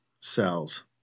cells